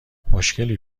مشکلی